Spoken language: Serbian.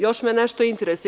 Još me nešto interesuje.